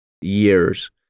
years